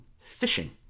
Fishing